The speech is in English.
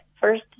First